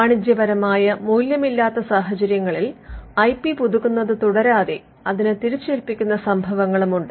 വാണിജ്യപരമായ മൂല്യമില്ലാത്ത സാഹചര്യങ്ങളിൽ ഐ പി പുതുക്കുന്നത് തുടരാതെ അതിനെ തിരിച്ചേല്പിക്കുന്ന സംഭവങ്ങളും ഉണ്ട്